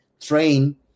train